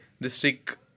District